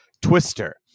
Twister